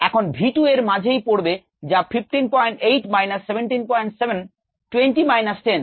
এরপর v 2 এর মাঝেই পড়বে যা 158 মাইনাস 177 20 মাইনাস 10